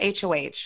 HOH